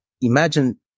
imagine